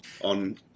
on